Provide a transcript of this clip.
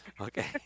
Okay